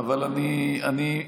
אבל אני חושב,